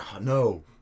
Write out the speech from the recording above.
no